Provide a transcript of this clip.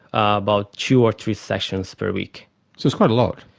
about two or three sessions per week. so it's quite a lot.